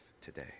today